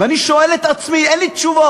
ואני שואל את עצמי, אין לי תשובות,